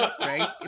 right